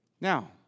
Now